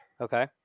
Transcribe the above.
Okay